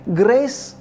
grace